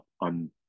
on